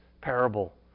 parable